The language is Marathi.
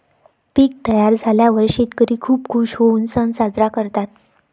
पीक तयार झाल्यावर शेतकरी खूप खूश होऊन सण साजरा करतात